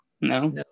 no